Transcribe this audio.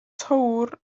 töwr